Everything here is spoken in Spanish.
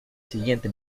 siguiente